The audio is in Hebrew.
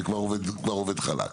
זה כבר עובד חלק.